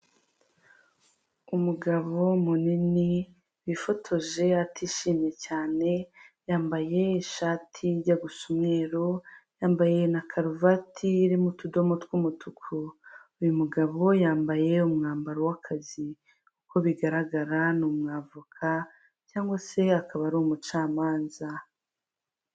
Umugabo munini wifotoje atishimye cyane yambaye ishati ijya gusa umweru yambaye na karuvati irimo utudomo tw'umutuku, uyu mugabo yambaye umwambaro w'akazi uko bigaragara ni umwavoka cyangwa se akaba ari umucamanza.